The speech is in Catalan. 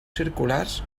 circulars